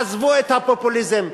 עזבו את הפופוליזם,